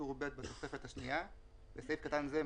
בטור ב' בתוספת השנייה (בסעיף קטן זה,